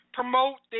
promote